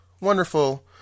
wonderful